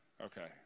Okay